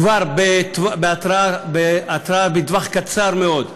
כבר בהתראה קצרה מאוד,